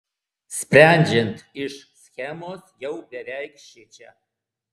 sprendžiant iš schemos jau beveik šičia